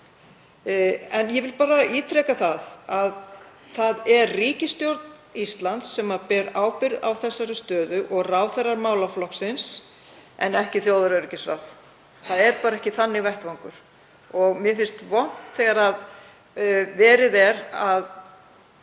Ég vil ítreka að það er ríkisstjórn Íslands sem ber ábyrgð á þessari stöðu og ráðherrar málaflokksins en ekki þjóðaröryggisráð. Það er bara ekki þannig vettvangur. Mér finnst vont þegar verið er að